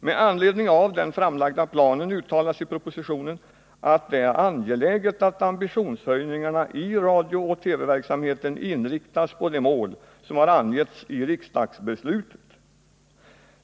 ; Med anledning av den framlagda planen uttalas i propositionen att det är angeläget att ambitionshöjningarna i radiooch TV-verksamheten inriktas på de mål som har angivits i riksdagsbeslutet.